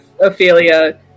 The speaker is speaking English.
Ophelia